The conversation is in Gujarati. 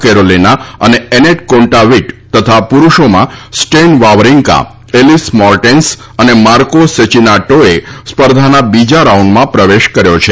કેરોલીના અને એનેટ કોંટાવીટ તથા પુરૂષોમાં સ્ટેન વાવરીંકા એલીસ મેર્ટેન્સ અને અને માર્કો સેચીનાટોએ સ્પર્ધાના બીજા રાઉન્ડમાં પ્રવેશ કર્યો છે